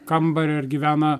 kambarį ar gyvena